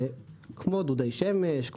כמו דודי שמש.